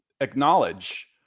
acknowledge